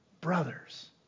brothers